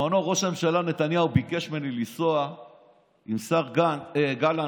כשבזמנו ראש הממשלה נתניהו ביקש ממני לנסוע עם השר גלנט